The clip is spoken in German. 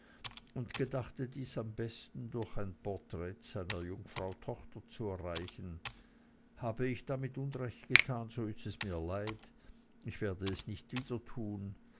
und gedachte dies am besten durch ein porträt seiner jungfrau tochter zu erreichen habe ich damit unrecht getan so ist es mir leid ich werde es nicht wieder tun